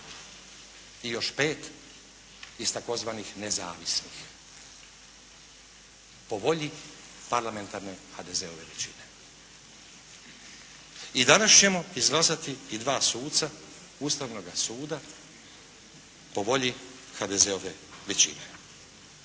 i još pet iz tzv. nezavisnih, po volji parlamentarne HDZ-ove većine. I danas ćemo izglasati i dva suca Ustavnoga suda po volji HDZ-ove većine.